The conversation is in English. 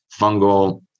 fungal